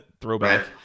throwback